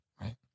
Right